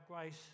Grace